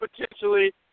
potentially